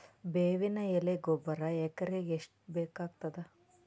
ಬೇವಿನ ಎಲೆ ಗೊಬರಾ ಎಕರೆಗ್ ಎಷ್ಟು ಬೇಕಗತಾದ?